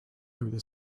through